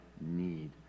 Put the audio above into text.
need